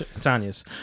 Tanya's